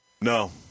No